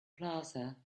plaza